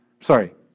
Sorry